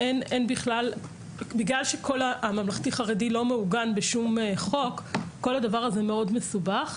ובגלל שהממלכתי החרדי לא מעוגן בשום חוק כל הדבר הזה מאוד מסובך.